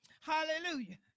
Hallelujah